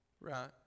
right